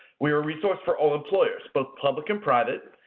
we are resource for all employers, both public and private,